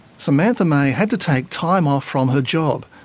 samantha may had to take time off from her job,